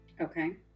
Okay